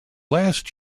last